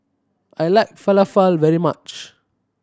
I like Falafel very much